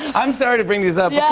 i'm sorry to bring these up, yeah